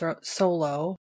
solo